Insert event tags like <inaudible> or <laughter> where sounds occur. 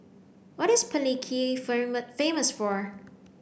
what is Palikir <unintelligible> famous for